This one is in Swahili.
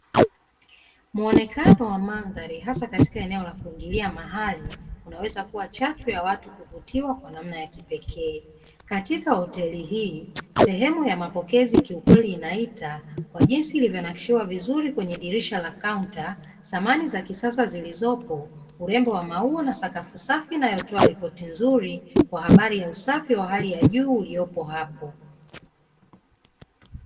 Muonekano wa mandhari hasa katika eneo la kuingilia mahali, unaweza kuwa chachu ya watu kuvutiwa kwa namna ya kipekee. Katika hoteli hii, sehemu ya mapokezi kiukweli inaita; kwa jinsi ilivyonakshiwa vizuri kwenye dirisha la kaunta, samani za kisasa zilizopo, urembo wa maua na sakafu safi inayotoa ripoti nzuri, kwa habari ya usafi wa hali ya juu uliopo hapo.